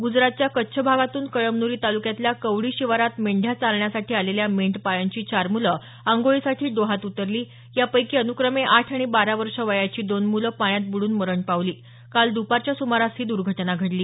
गुजरातच्या कच्छ भागातून कळमन्री ताल्क्यातल्या कवडी शिवारात मेंढ्या चारण्यासाठी आलेल्या मेंढपाळांची चार मूलं अंघोळीसाठी डोहात उतरली यापैकी अनुक्रमे आठ आणि बारा वर्ष वयाची दोन मुलं पाण्यात बुडून मरण पावली काल दुपारच्या सुमारास ही दुर्घटना घडली